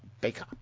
baker